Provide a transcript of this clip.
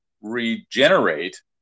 regenerate